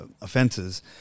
offenses